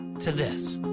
to this.